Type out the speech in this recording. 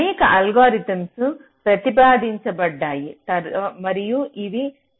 అనేక అల్గోరిథంలు ప్రతిపాదించబడ్డాయి మరియు ఇవి సాహిత్యంలో అందుబాటులో ఉన్నాయి